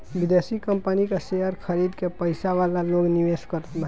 विदेशी कंपनी कअ शेयर खरीद के पईसा वाला लोग निवेश करत बाने